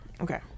Okay